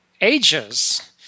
ages